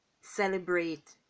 celebrate